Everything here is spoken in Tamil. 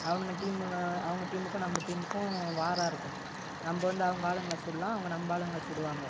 அவனுங்க டீமில் அவங்க டீமுக்கும் நம்ம டீமுக்கும் வார்ராக இருக்கும் நம்ப வந்து அவங்க ஆளுங்களை சுடலாம் அவங்க நம்ம ஆளுங்களை சுடுவாங்க